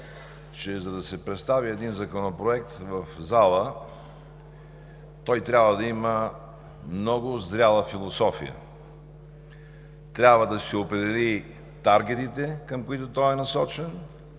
че за да се представи един законопроект в залата, той трябва да има много зряла философия, той трябва да си определи таргетите, към които е насочен,